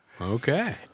Okay